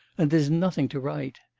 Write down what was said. and there's nothing to write?